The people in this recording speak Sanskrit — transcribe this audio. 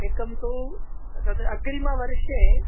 एकं तु तद् अग्रिमवर्षे